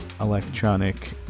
electronic